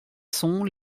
sont